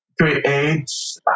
creates